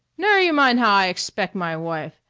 never you min' how i expect my wife.